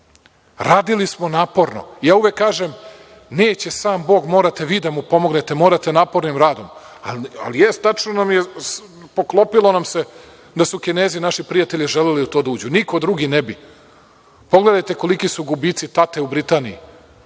Radili smo naporno. Ja uvek kažem, neće sam Bog, morate vi da mu pomognete, morate napornim radom, ali jeste, tačno nam se poklopilo da su Kinezi, naši prijatelji, želeli u to da uđu. Niko drugi ne bi. Pogledajte koliki su gubici „Tate“ u Britaniji.